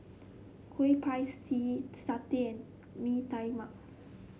Kueh Pie Tee satay and Mee Tai Mak